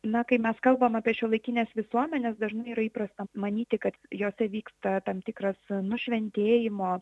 na kai mes kalbam apie šiuolaikines visuomenes dažnai yra įprasta manyti kad jose vyksta tam tikras nušventėjimo